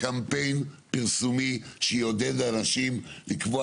קמפיין פרסומי שיעודד אנשים לקבוע